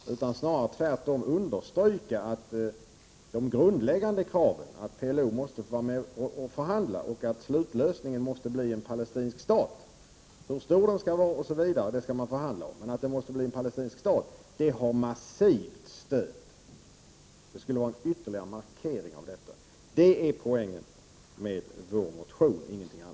Det gäller tvärtom att understryka att det grundläggande kravet, att PLO måste få vara med i förhandlingarna och att slutlösningen måste bli en palestinsk stat — hur stor den skall vara osv. skall man förhandla om — har massivt stöd. Bifall till reservationen skulle vara en ytterligare markering av detta. Det är poängen, ingenting annat.